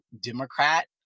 Democrat